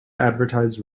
advertise